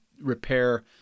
repair